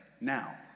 now